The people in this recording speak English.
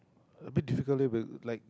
a bit difficult leh like